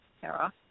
Sarah